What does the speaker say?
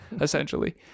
essentially